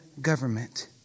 government